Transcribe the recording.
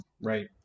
right